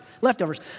leftovers